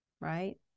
right